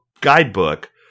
guidebook